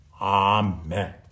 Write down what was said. Amen